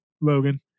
Logan